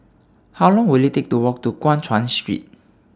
How Long Will IT Take to Walk to Guan Chuan Street